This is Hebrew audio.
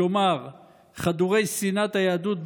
כלומר חדורי שנאת היהדות,